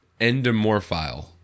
Endomorphile